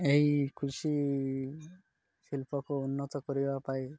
ଏହି କୃଷି ଶିଳ୍ପକୁ ଉନ୍ନତ କରିବା ପାଇଁ